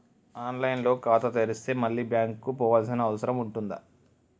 On line లో ఖాతా తెరిస్తే మళ్ళీ బ్యాంకుకు పోవాల్సిన అవసరం ఉంటుందా?